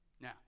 Now